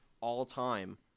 all-time